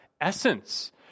essence